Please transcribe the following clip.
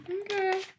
Okay